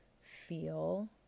feel